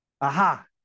Aha